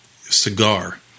Cigar